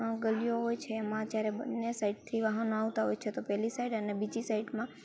ગલીઓ હોય છે એમાં જ્યારે બંને સાઇડથી વાહનો આવતા હોય છે તો પહેલી સાઈડ અને બીજી સાઇડમાં